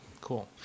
Cool